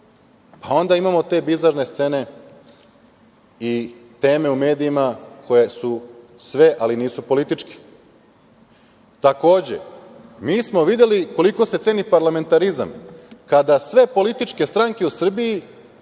Onda imamo te bizarne scene i teme u medijima koje su sve ali nisu političke. Takođe, mi smo videli koliko se ceni parlamentarizam, kada sve političke stranke u Srbiji